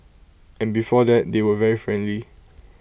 and before that they were very friendly